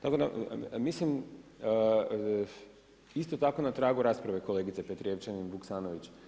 Tako da mislim, isto tako na tragu rasprave kolegice Petrijevčanin Vukasanović.